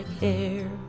hair